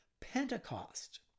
Pentecost